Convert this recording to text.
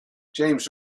james